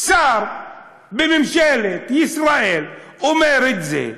שר בממשלת ישראל אומר את זה: